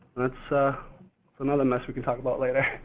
that's ah another mess we can talk about later.